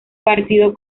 partido